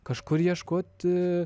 kažkur ieškoti